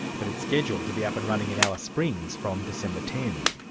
but it's scheduled to be up and running in alice springs from december ten.